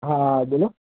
હા બોલો